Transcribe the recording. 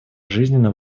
жизненно